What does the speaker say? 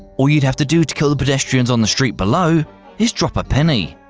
all you'd have to do to kill the pedestrians on the street below is drop a penny.